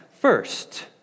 first